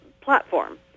platform